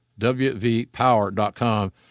wvpower.com